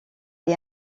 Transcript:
est